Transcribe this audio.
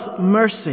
mercy